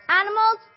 animals